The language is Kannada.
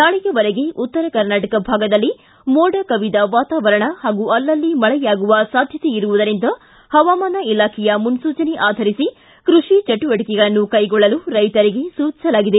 ನಾಳೆಯವರೆಗೆ ಉತ್ತರ ಕರ್ನಾಟಕ ಭಾಗದಲ್ಲಿ ಮೋಡ ಕವಿದ ವಾತಾವರಣ ಹಾಗೂ ಅಲ್ಲಲ್ಲಿ ಮಳೆಯಾಗುವ ಸಾಧ್ಯತೆಯಿರುವುದರಿಂದ ಹವಾಮಾನ ಇಲಾಖೆಯ ಮನ್ನೂಚನೆ ಆಧರಿಸಿ ಕೃಷಿ ಚಟುವಟಕೆಗಳನ್ನು ಕೈಗೊಳ್ಳಲು ರೈತರಿಗೆ ಸೂಚಿಸಲಾಗಿದೆ